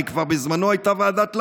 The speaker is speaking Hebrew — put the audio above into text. הרי כבר בזמנו הייתה ועדת לנדאו.